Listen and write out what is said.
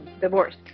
divorce